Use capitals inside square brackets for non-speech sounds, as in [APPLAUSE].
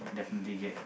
[BREATH]